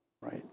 right